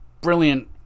brilliant